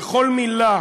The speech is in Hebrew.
וכל מילה